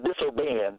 disobeying